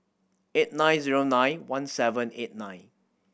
eight nine zero nine one seven eight nine